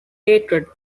hatred